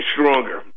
stronger